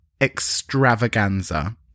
Extravaganza